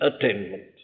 attainment